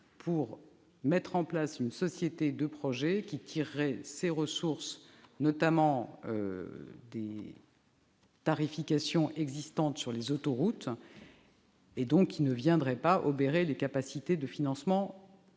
pour mettre en place une société de projet, qui tirerait ses ressources notamment des tarifications applicables sur les autoroutes et ne viendrait pas obérer les capacités de financement